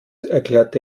erklärte